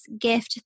gift